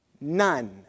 None